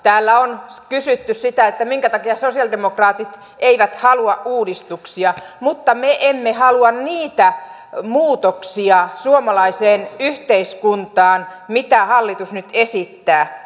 täällä on kysytty sitä minkä takia sosialidemokraatit eivät halua uudistuksia mutta me emme halua niitä muutoksia suomalaiseen yhteiskuntaan mitä hallitus nyt esittää